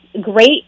great